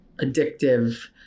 addictive